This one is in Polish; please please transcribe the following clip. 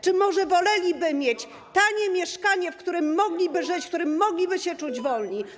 Czy może woleliby mieć tanie mieszkanie, w którym mogliby żyć, w którym mogliby się czuć wolni?